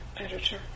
editor